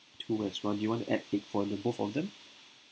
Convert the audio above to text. two as well you want to add egg for the both of them